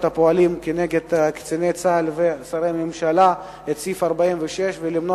הפועלות נגד קציני צה"ל ושרי ממשלה את סעיף 46 ולמנוע